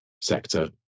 sector